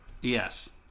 yes